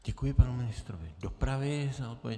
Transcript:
Děkuji panu ministrovi dopravy za odpověď.